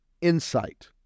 Insight